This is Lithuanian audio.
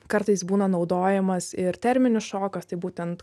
kartais būna naudojamas ir terminis šokas tai būtent